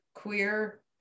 queer